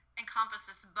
encompasses